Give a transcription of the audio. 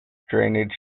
drainage